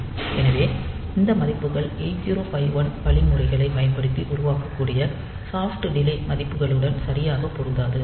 எனவே இந்த மதிப்புகள் 8051 வழிமுறைகளைப் பயன்படுத்தி உருவாக்கக்கூடிய சாஃப்ட் டிலே மதிப்புகளுடன் சரியாக பொருந்தாது